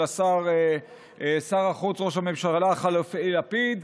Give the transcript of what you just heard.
של שר החוץ וראש הממשלה החליפי לפיד,